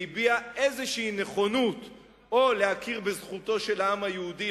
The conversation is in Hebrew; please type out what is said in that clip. שהביעה איזו נכונות להכיר בזכותו של העם היהודי